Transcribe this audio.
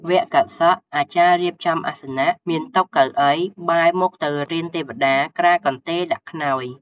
វគ្គកាត់សក់អាចារ្យរៀបចំអាសនៈ មានតុ កៅអី បែរមុខទៅរានទេវតាក្រាលកន្ទេលដាក់ខ្នើយ ។